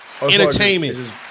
Entertainment